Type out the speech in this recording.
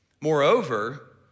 Moreover